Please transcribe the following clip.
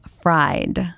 Fried